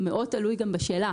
זה מאוד תלוי גם בשאלה